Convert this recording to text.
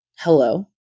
Hello